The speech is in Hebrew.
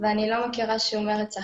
ואני לא מכירה שום ארץ אחרת.